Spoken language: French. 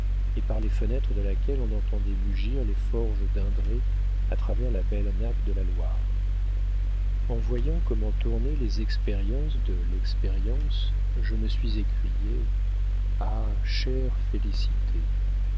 et par les fenêtres de laquelle on entendait mugir les forges d'indret à travers la belle nappe de la loire en voyant comment tournaient les expériences de l'expérience je me suis écriée ah chère